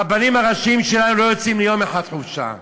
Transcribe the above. הרבנים הראשיים שלנו לא יוצאים ליום אחד חופשה.